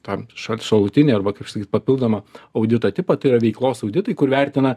tam šal šalutinį arba kaip sakyt papildomą audito tipą tai yra veiklos auditai kur vertina